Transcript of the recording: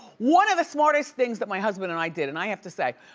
one of the smartest things that my husband and i did, and i have to say,